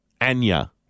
Anya